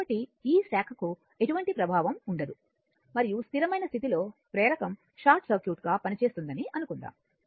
కాబట్టి ఈ శాఖకు ఎటువంటి ప్రభావం ఉండదు మరియు స్థిరమైన స్థితిలో ప్రేరకం షార్ట్ సర్క్యూట్ గా పనిచేస్తుందని అనుకుందాం